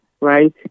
right